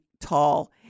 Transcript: tall